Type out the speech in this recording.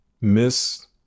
miss